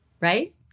right